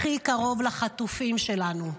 הכי קרוב לחטופים שלנו.